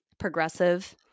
progressive